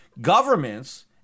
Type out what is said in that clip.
governments